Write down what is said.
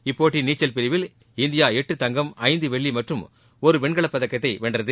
இப்போட்டியின் நீச்சல் பிரிவில் இந்தியா எட்டு தங்கம் ஐந்து வெள்ளி மற்றும் ஒரு வெண்கலப்பதக்கத்தை வென்றது